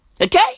Okay